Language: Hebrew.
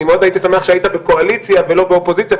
אני מאוד הייתי שמח שהיית בקואליציה ולא באופוזיציה,